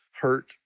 hurt